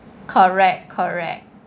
correct correct